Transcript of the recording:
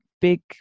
big